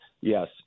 yes